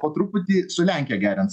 po truputį su lenkija gerint